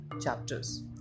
chapters